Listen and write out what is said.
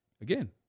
again